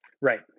Right